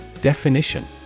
Definition